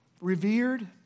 revered